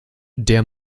der